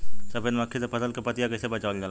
सफेद मक्खी से फसल के पतिया के कइसे बचावल जाला?